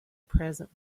present